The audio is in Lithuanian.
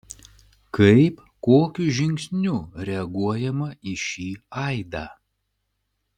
kaip kokiu žingsniu reaguojama į šį aidą